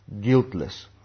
guiltless